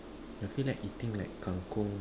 I feel like eating like kangkong